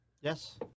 Yes